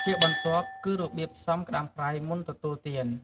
ជាបន្ទាប់គឺ របៀបផ្សំក្តាមប្រៃមុនទទួលទាន។